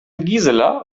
gisela